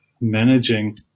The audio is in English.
managing